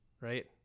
right